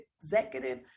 executive